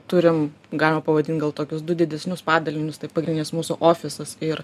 turim galima pavadinti gal tokius du didesnius padalinius tai pagrindinis mūsų ofisas ir